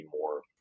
more